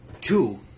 two